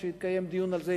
כשהתקיים דיון על זה,